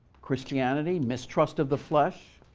christianity, mistrust of the flesh?